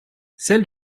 celles